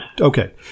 okay